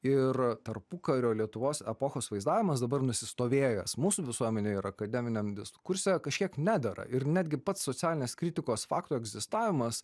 ir tarpukario lietuvos epochos vaizdavimas dabar nusistovėjęs mūsų visuomenėj ir akademiniam diskurse kažkiek nedera ir netgi pats socialinės kritikos faktų egzistavimas